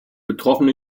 betroffene